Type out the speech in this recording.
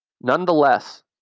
Nonetheless